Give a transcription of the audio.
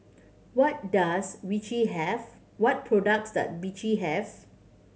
what does Vichy have what products does Vichy have